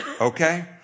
Okay